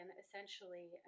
essentially